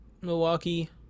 Milwaukee